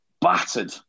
battered